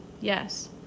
Yes